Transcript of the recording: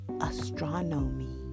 Astronomy